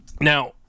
Now